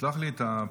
שלח לי את הפוסט.